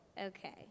Okay